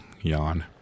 Yawn